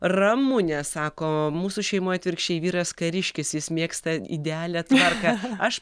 ramunė sako mūsų šeimoj atvirkščiai vyras kariškis jis mėgsta idealią tvarką aš